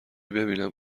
ببینم